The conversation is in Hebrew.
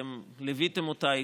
אתם ליוויתם אותה,